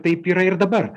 taip yra ir dabar